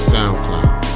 SoundCloud